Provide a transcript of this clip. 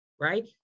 Right